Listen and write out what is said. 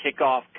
kickoff